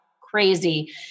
crazy